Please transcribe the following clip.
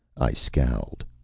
i scowled.